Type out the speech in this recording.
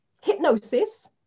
hypnosis